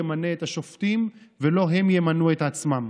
נמנה את השופטים ולא הם ימנו את עצמם,